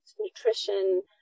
nutrition